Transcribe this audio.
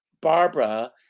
Barbara